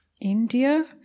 India